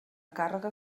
càrrega